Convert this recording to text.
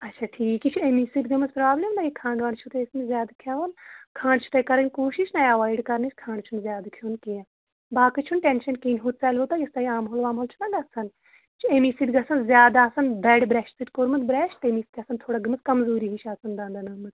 اَچھا ٹھیٖک یہِ چھُ اَمی سۭتۍ گٔمٕژ پرٛابلم نا یہِ کھنٛڈ وۄنٛڈ چھُو تُہۍ ٲسۍ مٕتۍ زیادٕ کھیٚون کھنٛڈ چھُو تۄہہِ کَرٕنۍ کوٗشِش نا ایوایڈ کَرنٕچ کھنٛڈ چھُنہٕ زیادٕ کھیٚوان کیٚنٛہہ باقٕے چھُنہٕ ٹیٚنشن کِہیٖنۍ ہُہ ژَلِوٕ تۄہہِ یُس تۄہہِ آمہ ہول وامہٕ ہول چھُو نا گژھان یہِ چھِ أمی سۭتۍ گژھان زیادٕ آسان دَرِ برٛیش سۭتۍ کوٚرمُت برٛیش تٔمۍ سۭتی گژھان آسان تھوڑا گٔمٕژ کمزوٗری ہِش آسان دنٛدَن آمٕژ